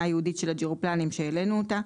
הייעודית של הג'ירופלנים שהעלינו אותה.